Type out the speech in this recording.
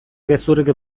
gezurrik